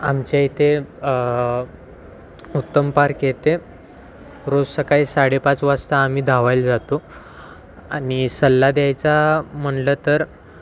आमच्या इथे उत्तम पार्क येथे रोज सकाळी साडेपाच वाजता आम्ही धावायला जातो आणि सल्ला द्यायचा म्हटलं तर